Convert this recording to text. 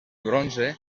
bronze